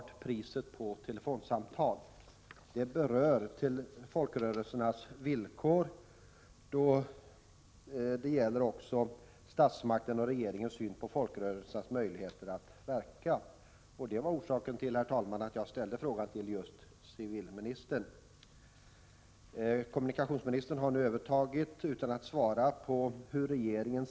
Det som kännetecknat de genuina folkrörelsernas situation under senare tid är en betydande knapphet på ekonomiska medel, delvis till följd av den allmänna kostnadsfördyringen men delvis också till följd av att statens välvilja mera har tagit sig uttryck i ord än pengar.